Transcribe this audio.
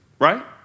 right